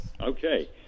Okay